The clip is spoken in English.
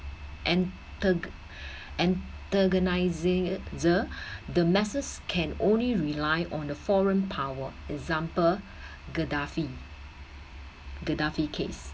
and the and the organizer the masses can only rely on the foreign power example gaddafi gaddafi case